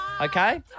Okay